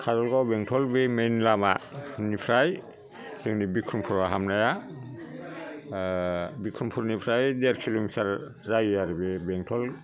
काजलगाव बेंटल बे मेइन लामानिफ्राय जोंनि बिक्रमपुरआव हाबनाया बिक्रमपुरनिफ्राय देर किल'मिटार जायो आरो बे बेंटल